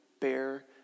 bear